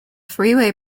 freeway